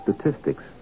Statistics